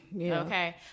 Okay